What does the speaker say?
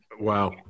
Wow